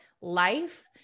life